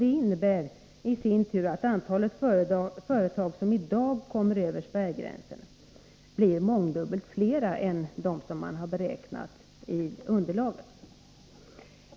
Det innebär i sin tur att antalet företag som i dag kommer över spärrgränsen blir mångdubbelt större än vad man hade beräknat i underlaget.